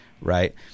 right